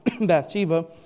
Bathsheba